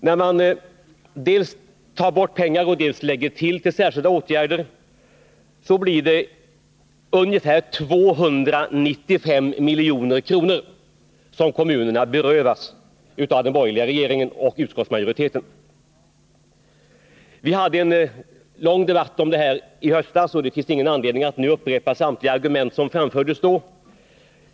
När man dels tar bort pengar och dels lägger till särskilda åtgärder blir det ungefär 295 milj.kr. som kommunerna berövas av den borgerliga regeringen och utskottsmajoriteten. Vi hade en lång debatt om det här i höstas, och det finns ingen anledning att nu upprepa samtliga argument som framfördes då.